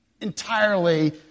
entirely